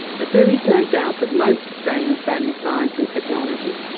but there is no doubt that most australians value science and technology.